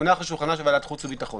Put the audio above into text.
מונח על שולחנה של ועדת החוץ והביטחון.